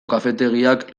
kafetegiak